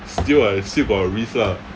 still I still got risk lah